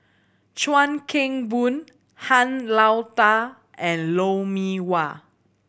Chuan Keng Boon Han Lao Da and Lou Mee Wah